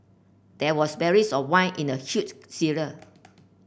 there was barrels of wine in the huge cellar